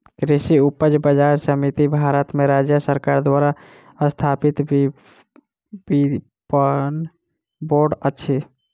कृषि उपज बजार समिति भारत में राज्य सरकार द्वारा स्थापित विपणन बोर्ड अछि